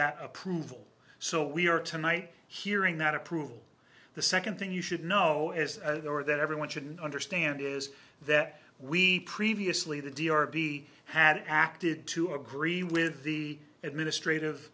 that approval so we are tonight hearing that approval the second thing you should know as there are that everyone should understand is that we previously the d r p had acted to agree with the administrative